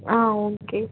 ஆ okay